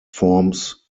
forms